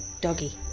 doggy